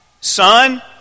Son